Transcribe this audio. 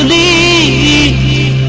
e